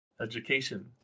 Education